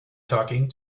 talking